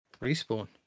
Respawn